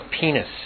penis